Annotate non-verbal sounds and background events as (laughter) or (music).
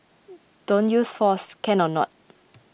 (noise) don't use force can or not